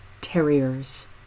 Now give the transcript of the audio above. Terriers